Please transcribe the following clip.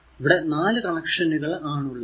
ഇവിടെ 4 കണക്ഷനുകൾ ആണുള്ളത്